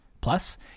Plus